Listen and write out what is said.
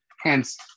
hence